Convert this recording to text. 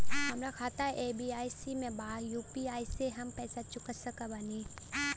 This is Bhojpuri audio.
हमारा खाता एस.बी.आई में बा यू.पी.आई से हम पैसा चुका सकत बानी?